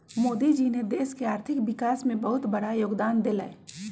मोदी जी ने देश के आर्थिक विकास में बहुत बड़ा योगदान देलय